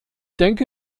denke